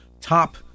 top